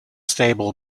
stable